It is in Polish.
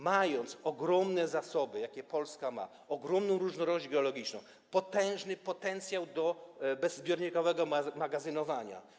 Mając ogromne zasoby, jakie Polska ma, ogromną różnorodność geologiczną, potężny potencjał do bezzbiornikowego magazynowania.